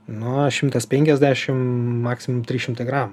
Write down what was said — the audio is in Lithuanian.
nuo šimtas penkiasdešimt maksimum trys šimtai gramų